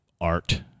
art